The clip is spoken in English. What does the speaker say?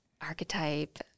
Archetype